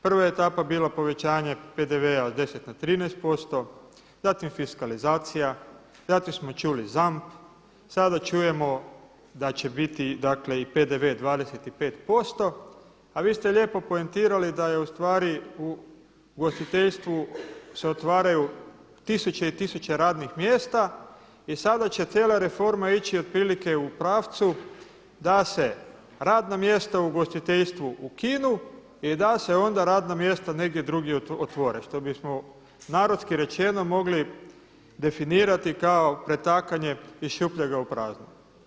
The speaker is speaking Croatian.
Prva etapa je bila povećanje PDV-a od 10 na 13%, zatim fiskalizacija, zatim smo čuli ZAMP, sada čujemo da će biti dakle i PDV 25% a vi ste lijepo poentirali da je ustvari u ugostiteljstvu se otvaraju tisuće i tisuće radnih mjesta i sada će cijela reforma ići otprilike u pravcu da se radna mjesta u ugostiteljstvu ukinu i da se onda radna mjesta negdje drugdje otvore što bismo narodski rečeno mogli definirati kao pretakanje iz šupljega u prazno.